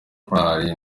ntwari